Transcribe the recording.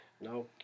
No